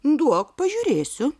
duok pažiūrėsiu